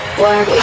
work